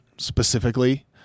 Specifically